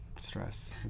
Stress